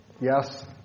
yes